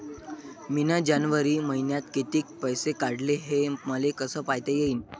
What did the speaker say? मिन जनवरी मईन्यात कितीक पैसे काढले, हे मले कस पायता येईन?